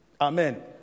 Amen